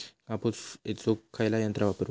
कापूस येचुक खयला यंत्र वापरू?